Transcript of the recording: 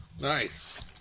Nice